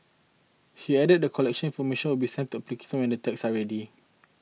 he added that collection information will be sent to applicants and tags are ready